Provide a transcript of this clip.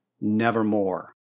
nevermore